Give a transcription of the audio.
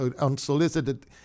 unsolicited